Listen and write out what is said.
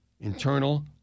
internal